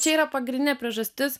čia yra pagrindinė priežastis